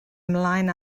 ymlaen